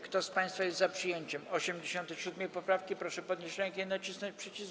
Kto z państwa jest za przyjęciem 87. poprawki, proszę podnieść rękę i nacisnąć przycisk.